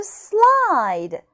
slide